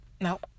No